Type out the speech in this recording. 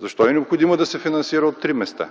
Защо е необходимо да се финансира от три места?